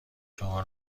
شما